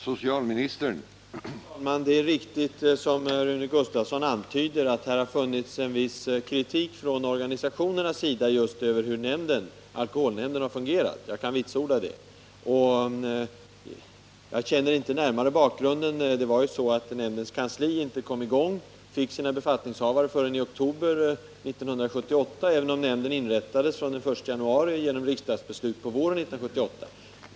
Herr talman! Det är riktigt som Rune Gustavsson antyder, att det har funnits en viss kritik från organisationernas sida just mot hur nämnden har fungerat. Jag kan vitsorda det. Jag känner inte närmare till bakgrunden. Det var så att nämndens kansli inte kom i gång, den fick inte sina befattningshavare förrän i oktober 1978, trots att nämnden inrättades fr.o.m. den 1 januari genom riksdagsbeslut på våren 1977.